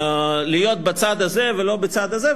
להיות בצד הזה ולא בצד הזה,